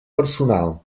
personal